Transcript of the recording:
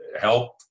help